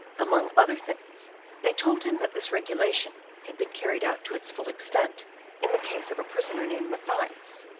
among other things they told him that this regulation had been carried out to its full extent in the case of a prisoner named mathias,